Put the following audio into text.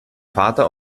vater